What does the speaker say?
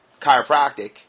chiropractic